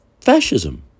fascism